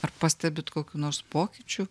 ar pastebit kokių nors pokyčių